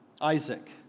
Isaac